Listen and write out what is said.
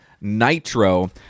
Nitro